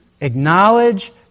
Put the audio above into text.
acknowledge